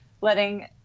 letting